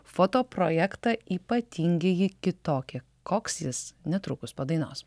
foto projektą ypatingieji kitokie koks jis netrukus po dainos